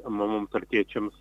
mamoms ar tėčiams